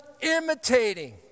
imitating